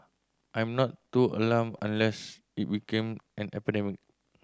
I'm not too alarmed unless it became an epidemic